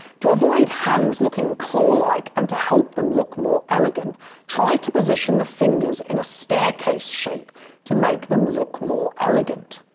to avoid hands looking claw-like and to help them look more elegant try to position the fingers in a staircase shape to make them look more elegant.